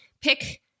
pick